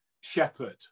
shepherd